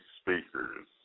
speakers